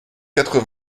quatre